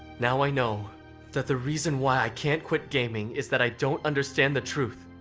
now i know that the reason why i can't quit gaming is that i don't understand the truth,